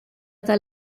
tal